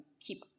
keep